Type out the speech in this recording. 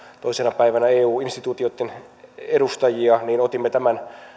toisena päivänä eu instituutioitten edustajia otimme tämän